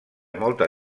molta